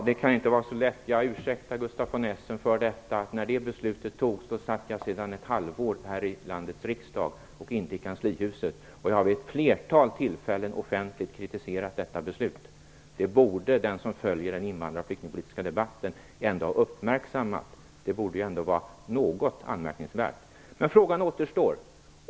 Det kan inte vara så lätt. Jag ursäktar Gustaf von Essen för detta. När det beslutet fattades satt jag sedan ett halvår här i landets riksdag, och inte i kanslihuset, och jag har vid ett flertal tillfällen offentligt kritiserat detta beslut. Det borde den som följer den invandrar och flyktingpolitiska debatten ändå ha uppmärksammat. Det borde vara något anmärkningsvärt. Men frågan återstår.